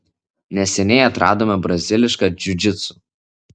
neseniai atradome brazilišką džiudžitsu